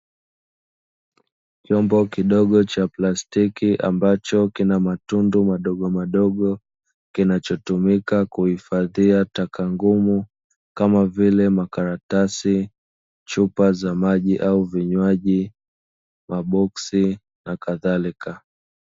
Chombo kidogo cha plastiki ambacho kina matundu madogo madogo kinachotumika kuhifadhia taka ngumu kama vile makaratasi, chupa za maji au vinywaji, maboksi na kadhalika.